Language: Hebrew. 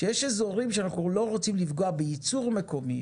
כשיש אזורים שאנחנו לא רוצים לפגוע בייצור מקומי,